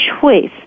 choice